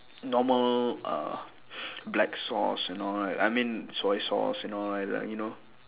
normal uh black sauce and all right I mean soy sauce and all right like you know